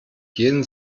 jeden